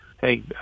Hey